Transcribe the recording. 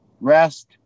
rest